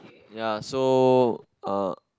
ya so uh